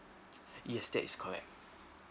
yes that is correct